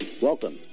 Welcome